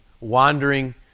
wandering